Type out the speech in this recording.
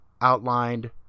outlined